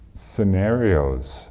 scenarios